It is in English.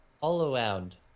all-around